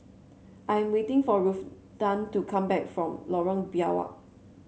I am waiting for to come back from Lorong Biawak